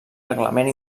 reglament